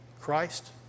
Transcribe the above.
Christ